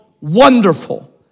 Wonderful